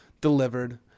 delivered